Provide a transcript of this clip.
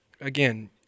again